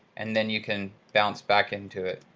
and then you can bounce back into it.